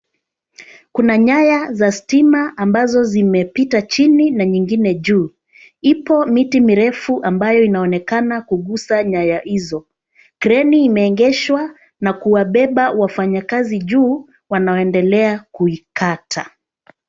Kuna nyaya za stima ambazo zimepita chini na nyingine juu. Ipo miti mirefu ambayo inaonekana kugusa nyaya hizo. Kreni imeegeshwa na kuwabeba wafanyakazi juu wanaoendelea na kuikata.